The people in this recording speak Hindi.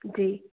जी